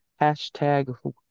hashtag